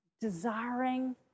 desiring